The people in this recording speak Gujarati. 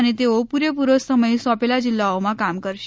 અને તેઓ પૂરેપૂરો સમય સોંપેલા જિલ્લાઓમાં કામ કરશે